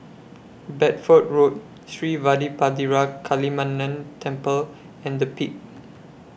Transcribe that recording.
Bedford Road Sri Vadapathira Kaliamman Temple and The Peak